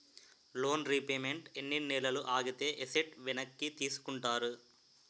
Loan repayment ఎన్ని నెలలు ఆగితే ఎసట్ వెనక్కి తీసుకుంటారు?